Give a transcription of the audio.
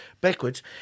backwards